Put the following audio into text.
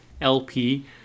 LP